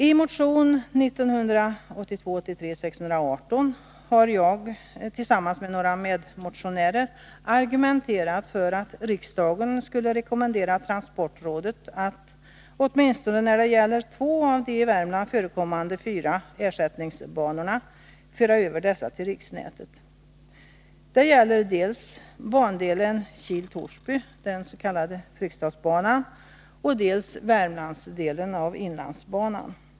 I motion 1982/83:618 har jag tillsammans med några medmotionärer argumenterat för att riksdagen skulle rekommendera transportrådet att åtminstone när det gäller två av de i Värmland förekommande fyra ersättningsbanorna föra över dessa till riksnätet. Det gäller dels bandelen Kil-Torsby, den s.k. Fryksdalsbanan, dels Värmlandsdelen av inlandsba nan.